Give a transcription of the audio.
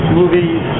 movies